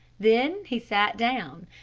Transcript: then he sat down,